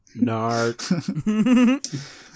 Narc